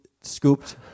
scooped